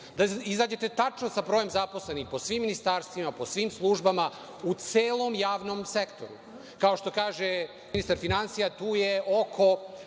da izađete tačno sa brojem zaposlenih po svim ministarstvima, po svim službama u celom javnom sektoru. Kao što kaže ministar finansija, tu je oko